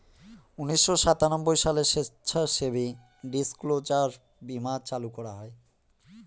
উনিশশো সাতানব্বই সালে স্বেচ্ছাসেবী ডিসক্লোজার বীমা চালু করা হয়